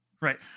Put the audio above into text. right